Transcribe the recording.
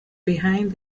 behind